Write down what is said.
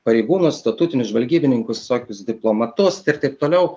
pareigūnus statutinius žvalgybininkus visokius diplomatus ir taip toliau